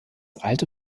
alte